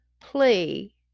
plea